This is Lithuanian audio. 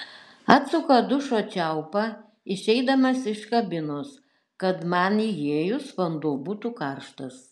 atsuka dušo čiaupą išeidamas iš kabinos kad man įėjus vanduo būtų karštas